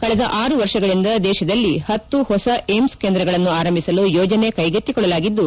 ಕಳೆದ ಆರು ವರ್ಷಗಳಂದ ದೇಶದಲ್ಲಿ ಪತ್ತು ಹೊಸ ಏಮ್ಸ್ ಕೇಂದ್ರಗಳನ್ನು ಆರಂಭಿಸಲು ಯೋಜನೆ ಕೈಗೆತ್ತಿಕೊಳ್ಳಲಾಗಿದ್ದು